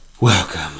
Welcome